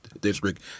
district